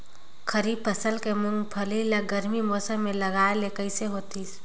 खरीफ फसल के मुंगफली ला गरमी मौसम मे लगाय ले कइसे होतिस?